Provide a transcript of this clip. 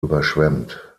überschwemmt